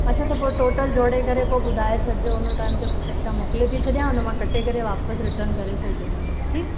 अच्छा त पोइ टोटल जोड़े करे पोइ ॿुधाए छॾिजो हुन टाइम ते पोइ पैसा मोकिले थी छॾियां उन मां कटे करे वापसि रिटन करे छॾिजो उन्हनि खे ठीकु